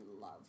love